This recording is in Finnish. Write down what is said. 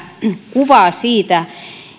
kuvaa sitä